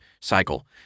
cycle